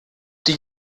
die